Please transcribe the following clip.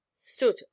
stood